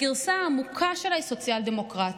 הגרסה העמוקה שלה היא סוציאל-דמוקרטיה,